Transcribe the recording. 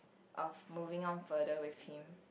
of moving on further with him